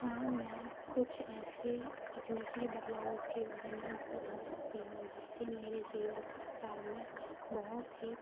हाँ मैं कुछ ऐसे तकनीकी बदलावों के बारे में बता सकती हूँ जिससे मेरे जीवन काल में बहुत ही